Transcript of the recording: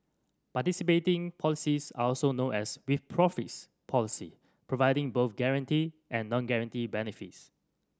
participating policies are also known as with profits police providing both guaranteed and non guaranteed benefits